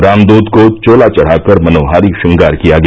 रामदूत को चोला चढ़ाकर मनोहारी श्रृंगार किया गया